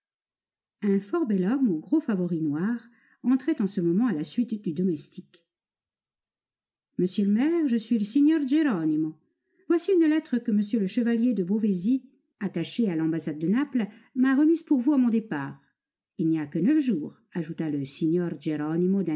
un fort bel homme aux gros favoris noirs entrait en ce moment à la suite du domestique monsieur le maire je suis il signor geronimo voici une lettre que m le chevalier de beauvaisis attaché à l'ambassade de naples m'a remise pour vous à mon départ il n'y a que neuf jours ajouta le signor